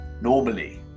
normally